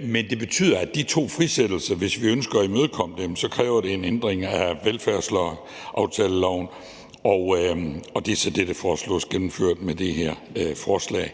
Men det betyder, at hvis vi ønsker at imødekomme de to frisættelser, kræver det en ændring af velfærdsaftaleloven, og det er så det, der foreslås gennemført med det her forslag.